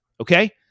Okay